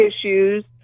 issues